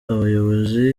abayobozi